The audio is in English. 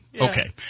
Okay